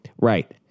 right